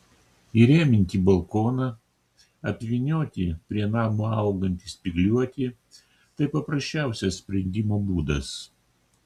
įrėminti balkoną apvynioti prie namo augantį spygliuotį tai paprasčiausias sprendimo būdas